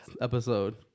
episode